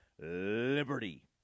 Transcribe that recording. Liberty